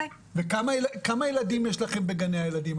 כמה ילדים יש לכם בגני הילדים?